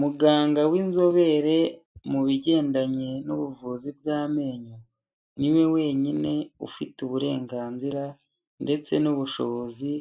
Muganga w'inzobere mu bigendanye n'ubuvuzi bw'amenyo. Ni we wenyine ufite uburenganzira ndetse n'ubushobozi